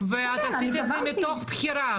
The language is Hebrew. אני רוצה קודם כל לבוא ולומר,